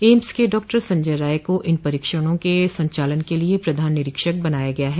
AIIMS के doctor Sanjay Rai को इन परीक्षणों के संचालन के लिए प्रधान निरीक्षक बनाया गया ह